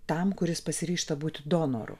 tam kuris pasiryžta būti donoru